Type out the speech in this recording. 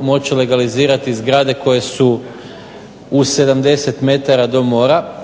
moći legalizirati zgrade koje su u 70 metara do mora